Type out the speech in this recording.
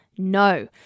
No